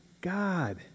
God